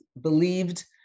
believed